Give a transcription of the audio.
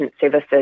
services